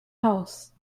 house